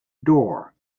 door